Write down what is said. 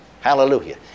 Hallelujah